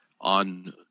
on